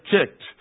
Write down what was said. kicked